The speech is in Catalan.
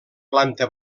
planta